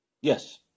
Yes